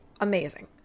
amazing